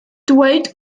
dweud